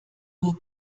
nur